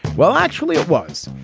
well actually it was.